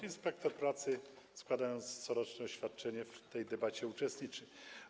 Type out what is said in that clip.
Inspektor pracy, składając coroczne oświadczenie, w tej debacie uczestniczy.